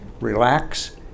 relax